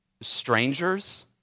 strangers